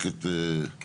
רק את הנושאים,